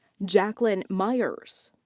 jaclyn myers.